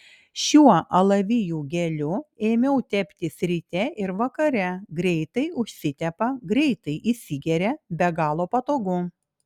šiuo alavijų geliu ėmiau teptis ryte ir vakare greitai užsitepa greitai įsigeria be galo patogu